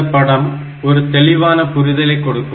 இந்த படம் ஒரு தெளிவான புரிதலை கொடுக்கும்